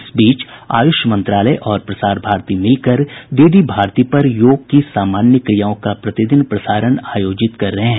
इस बीच आयुष मंत्रालय और प्रसार भारती मिलकर डीडी भारती पर योग की सामान्य क्रियाओं का प्रतिदिन प्रसारण आयोजित कर रहे हैं